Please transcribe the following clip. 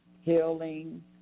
healing